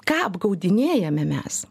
ką apgaudinėjame mes